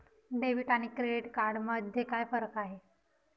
Debit आणि credit card मध्ये काय फरक आहे?